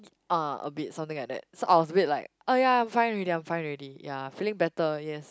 a bit something like that so I was a bit like oh ya I'm fine already I'm fine already ya feeling better yes